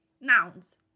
nouns